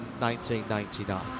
1999